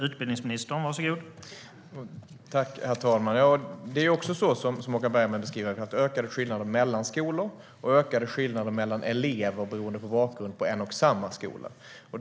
Herr talman! Som Håkan Bergman beskriver handlar detta dels om ökade skillnader mellan skolor, dels om ökade skillnader mellan elever på en och samma skola beroende på elevernas bakgrund.